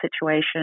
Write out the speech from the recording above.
situation